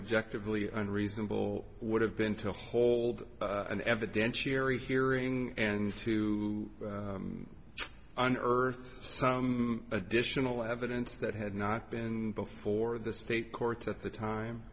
objective really unreasonable would have been to hold an evidentiary hearing and to unearth some additional evidence that had not been before the state courts at the time